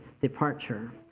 departure